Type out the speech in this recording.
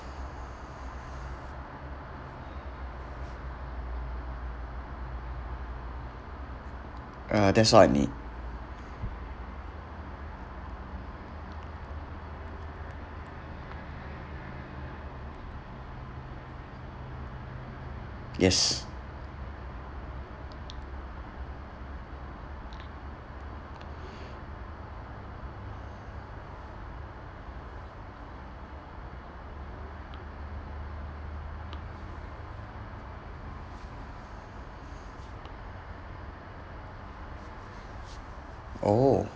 uh that's all I need yes oh